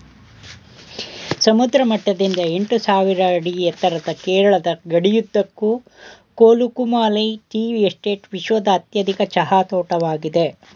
ಸಮುದ್ರ ಮಟ್ಟದಿಂದ ಎಂಟುಸಾವಿರ ಅಡಿ ಎತ್ತರದ ಕೇರಳದ ಗಡಿಯುದ್ದಕ್ಕೂ ಕೊಲುಕುಮಾಲೈ ಟೀ ಎಸ್ಟೇಟ್ ವಿಶ್ವದ ಅತ್ಯಧಿಕ ಚಹಾ ತೋಟವಾಗಿದೆ